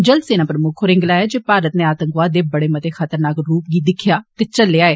जल सेना प्रमुक्ख होरें गलाया जे भारत नै आतंकवाद दे बड़े मते खतरनाक रुप गी दिक्खेआ ते झलेआ ऐ